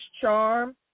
charm